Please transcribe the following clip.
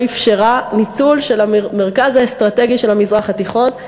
אפשרה ניצול של המרכז האסטרטגי של המזרח התיכון,